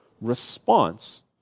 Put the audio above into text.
response